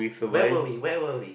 where were we where were we